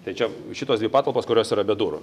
tai čia šitos dvi patalpos kurios yra be durų